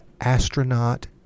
astronaut